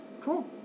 Cool